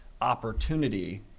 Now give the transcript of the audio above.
opportunity